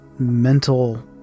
mental